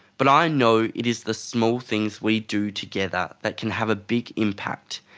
but i know it is the small things we do together that can have a big impact,